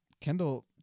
Kendall